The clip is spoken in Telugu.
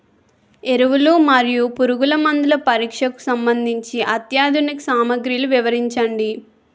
ఎరువులు మరియు పురుగుమందుల పరీక్షకు సంబంధించి అత్యాధునిక సామగ్రిలు వివరించండి?